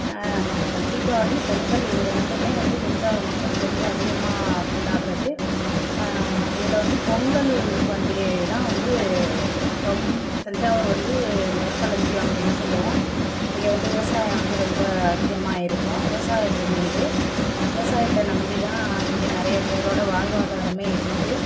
தீபாவளி பொங்கல் இது ரெண்டுமே வந்து தஞ்சாவூர் மக்கள் ரொம்ப அதிகமா கொண்டாடுறது இதில் வந்து பொங்கல் பண்டிகைதான் வந்து ரொம் தஞ்சாவூர் வந்து நெற்களஞ்சியம் அப்படின்னு சொல்லுவோம் இங்கே வந்து விவசாயம் வந்து ரொம்ப அதிகமாக இருக்கும் விவசாய பூமி இது விவசாயத்தை நம்பிதான் இங்கே நிறைய பேரோடய வாழ்வாதாரமே இருக்குது